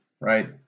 Right